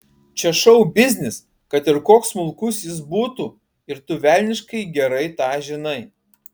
čia šou biznis kad ir koks smulkus jis būtų ir tu velniškai gerai tą žinai